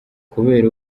kubera